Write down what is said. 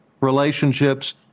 relationships